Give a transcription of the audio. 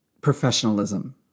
Professionalism